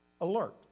alert